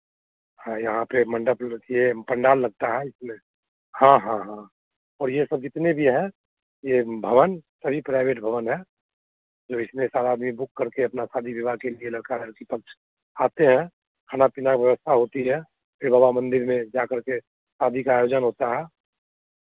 हाँ यहाँ पे मंडप ये पंडाल लगता है इसमें हाँ हाँ हाँ और ये सब जितने भी हैं ये भवन सभी प्राइवेट भवन हैं जो इसमें सारा आदमी बुक करके अपना शादी विवाह के लिए लड़का लड़की पक्ष आते हैं खाना पीना व्यवस्था होती है फिर बाबा मंदिर में जाकर के शादी का आयोजन होता है